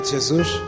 Jesus